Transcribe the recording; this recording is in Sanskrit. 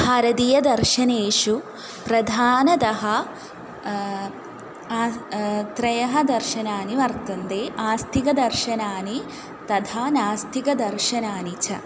भारतीयदर्शनेषु प्रधानतः त्रयः दर्शनानि वर्तन्ते आस्तिकदर्शनानि तथा नास्तिकदर्शनानि च